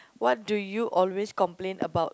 what do you always complain about